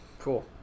cool